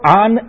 on